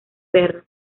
perro